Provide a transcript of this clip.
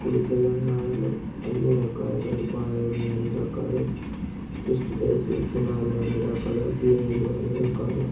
ఇప్పుడు తెలంగాణలో అన్నీ రకాల సదుపాయాలు ఉన్నాయి అన్నీ రకాల పెస్టిసైడ్స్ పొలాలు అన్నీరకాల భూములు అన్నీరకాల